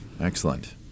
excellent